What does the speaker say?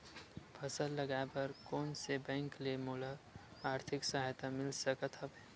फसल लगाये बर कोन से बैंक ले मोला आर्थिक सहायता मिल सकत हवय?